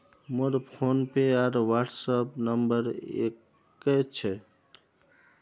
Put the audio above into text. मोर फोनपे आर WhatsApp number एक क छेक